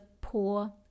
poor